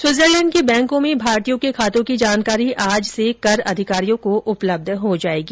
Switzerland के बैंकों में भारतीयों के खातों की जानकारी आज से कर अधिकारियों को उपलब्ध हो जायेगी